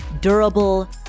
durable